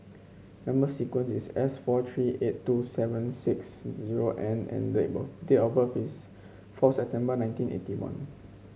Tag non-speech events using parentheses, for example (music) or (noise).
number sequence is S four three eight two seven six zero N and (unintelligible) date of birth is four September nineteen eighty one